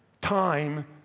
time